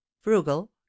frugal